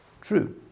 true